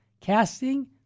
casting